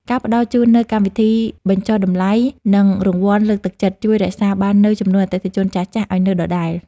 ការផ្ដល់ជូននូវកម្មវិធីបញ្ចុះតម្លៃនិងរង្វាន់លើកទឹកចិត្ត ជួយរក្សាបាននូវចំនួនអតិថិជនចាស់ៗឱ្យនៅដដែល។